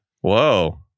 Whoa